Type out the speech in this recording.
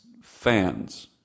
fans